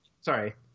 sorry